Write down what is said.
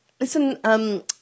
listen –